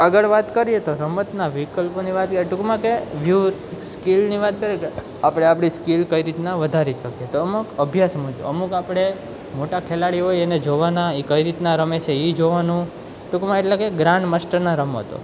આગળ વાત કરીએ તો રમતના વિકલ્પોની વાત ટુંકમાં કે વ્યુહ સ્કિલની વાત કરીએ કે આપણે આપણી સ્કિલ કઈ રીતના વધારી શકે તો અમુક અભ્યાસ મુજબ અમુક આપણે મોટા ખિલાડી હોય એને જોવાના એ કઈ રીતના રમે છે એ જોવાનું ટુંકમાં એટલે કે ગ્રાન્ડ માસ્ટરના રમતો